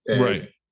Right